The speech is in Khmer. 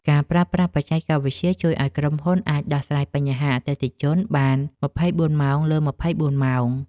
ការប្រើប្រាស់បច្ចេកវិទ្យាជួយឱ្យក្រុមហ៊ុនអាចដោះស្រាយបញ្ហាអតិថិជនបាន ២៤ ម៉ោងលើ ២៤ ម៉ោង។